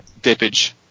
dippage